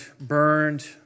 burned